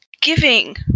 Giving